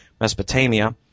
Mesopotamia